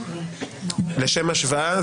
לשם השוואה,